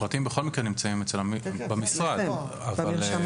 הפרטים נמצאים אצל המשרד, בכל מקרה.